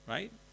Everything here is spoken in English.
Right